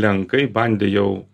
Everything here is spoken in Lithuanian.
lenkai bandė jau